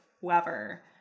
whoever